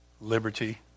liberty